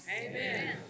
Amen